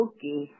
Okay